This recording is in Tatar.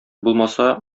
булмаса